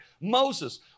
Moses